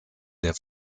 der